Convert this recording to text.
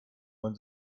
man